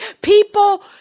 People